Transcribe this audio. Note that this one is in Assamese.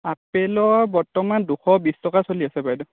আপেলৰ বৰ্তমান দুশ বিশ টকা চলি আছে বাইদেউ